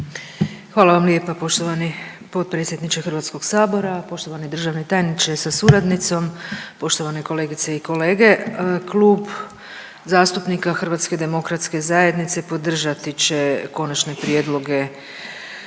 Hvala vam lijepa poštovani potpredsjedniče Hrvatskog sabora. Poštovani državni tajniče sa suradnikom, poštovane kolegice i kolege, Klub zastupnika HDZ-a podržati će Konačne prijedloge